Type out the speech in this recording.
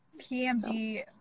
PMD